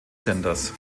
senders